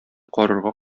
карарга